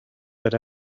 that